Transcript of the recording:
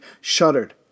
shuddered